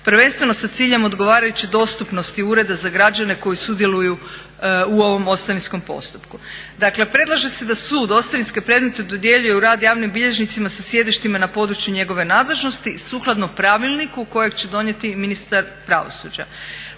prvenstveno sa ciljem odgovarajuće dostupnosti ureda za građane koji sudjeluju u ovom ostavinskom postupku. Dakle, predlaže se da sud ostavinske predmete dodjeljuje u rad javnim bilježnicima sa sjedištima na području njegove nadležnosti sukladno pravilniku kojeg će donijeti ministar pravosuđa.